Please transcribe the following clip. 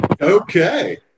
Okay